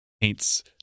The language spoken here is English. paints